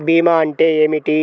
భీమా అంటే ఏమిటి?